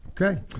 Okay